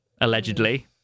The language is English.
Allegedly